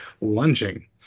lunging